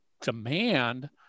demand